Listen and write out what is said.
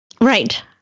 Right